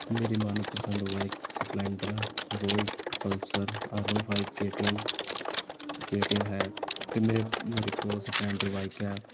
ਮੇਰੀ ਮਨਪਸੰਦ bike Splendor Bullet Pulsar R one five KTM KTM ਹੈ ਅਤੇ ਮੇਰੇ ਮੇਰੇ ਕੋਲ ਸਪਲੈਂਡਰ ਬਾਈਕ ਹੈ